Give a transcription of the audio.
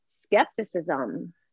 skepticism